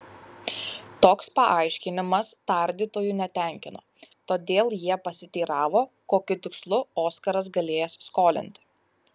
toks paaiškinimas tardytojų netenkino todėl jie pasiteiravo kokiu tikslu oskaras galėjęs skolinti